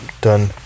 done